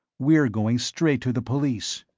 we're going straight to the police.